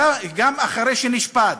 גם אחרי שנשפט,